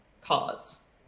cards